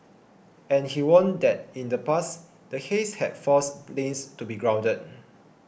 and he warned that in the past the haze had forced planes to be grounded